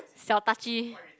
siao touchy